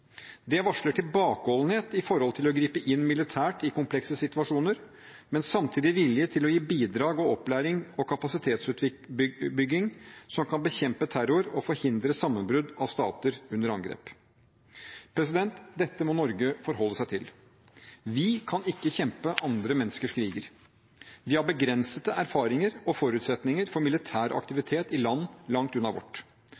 Det varsler tilbakeholdenhet med hensyn til å gripe inn militært i komplekse situasjoner, men samtidig vilje til å gi bidrag, opplæring og kapasitetsbygging som kan bekjempe terror og forhindre sammenbrudd av stater under angrep. Dette må Norge forholde seg til. Vi kan ikke kjempe andre menneskers kriger. Vi har begrensede erfaringer og forutsetninger for militær